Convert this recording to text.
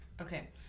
Okay